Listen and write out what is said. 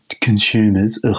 consumers